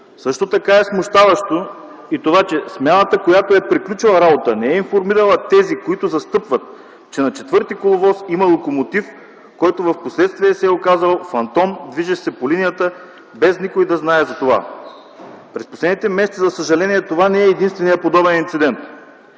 линията. Смущаващо е и това, че смяната, която е приключила работа, не е информирала тези, които застъпват, че на четвърти коловоз има локомотив, който впоследствие се е оказал фантом, движещ се по линията без никой да знае за това. През последните месеци за съжаление това не е единственият подобен инцидент.